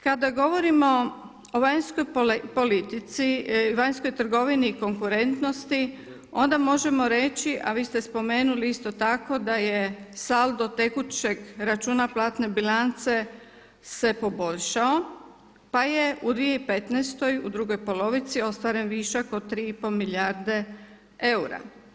Kada govorimo o vanjskoj politici i vanjskoj trgovini i konkurentnosti onda možemo reći, a vi ste spomenuli isto tako da je saldo tekućeg računa platne bilance se poboljšao pa je u 2015. u drugoj polovici ostvaren višak od 3,5 milijarde eura.